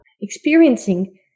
experiencing